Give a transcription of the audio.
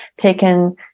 taken